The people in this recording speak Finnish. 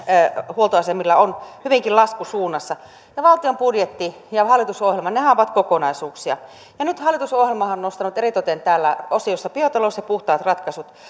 huoltoasemilla on hyvinkin laskusuunnassa ja valtion budjetti ja hallitusohjelmahan ovat kokonaisuuksia ja nyt hallitusohjelmahan on nostanut eritoten täällä osiossa biotalous ja puhtaat ratkaisut meidän energiapolitiikkaan haettavaksi